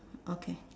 okay